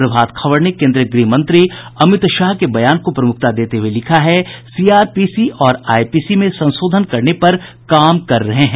प्रभात खबर ने केंद्रीय गृह मंत्री अमित शाह के बयान को प्रमुखता देते हुये लिखा है सीआरपीसी और आईपीसी में संशोधन करने पर काम कर रहे हैं